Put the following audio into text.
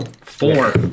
Four